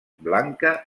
blanca